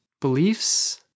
beliefs